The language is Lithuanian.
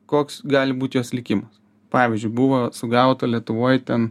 koks gali būt jos likimas pavyzdžiui buvo sugauta lietuvoj ten